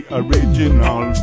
original